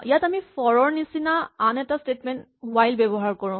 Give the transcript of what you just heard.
ইয়াত আমি ফৰ ৰ নিচিনা আন এটা স্টেটমেন্ট হুৱাইল ব্যৱহাৰ কৰোঁ